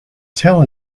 tell